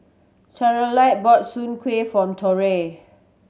Charolette brought Soon Kuih for Torrey